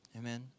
Amen